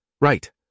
Right